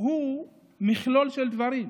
הוא מכלול של דברים.